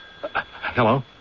Hello